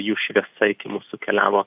jų šviesa iki mūsų keliavo